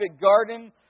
garden